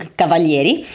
cavalieri